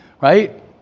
right